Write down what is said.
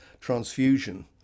transfusion